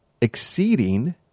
exceeding